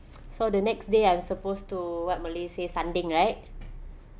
so the next day I am supposed to what malay say sanding right